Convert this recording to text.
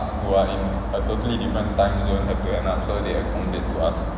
who are in a totally different time zone have to end up so they have to accommodate to us